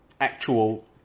actual